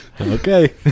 Okay